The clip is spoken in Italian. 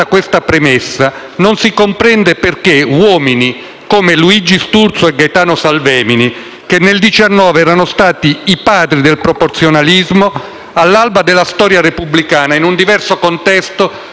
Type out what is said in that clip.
come Luigi Sturzo e Gaetano Salvemini - che nel 1919 erano stati padri del proporzionalismo - all'alba della storia repubblicana, in un diverso contesto, si trovarono a prendere posizione per il sistema maggioritario.